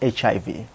HIV